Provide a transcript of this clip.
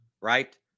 right